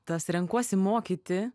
tas renkuosi mokyti